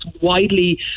widely